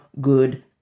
good